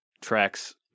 tracks